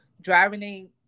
driving